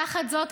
תחת זאת,